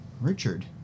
Richard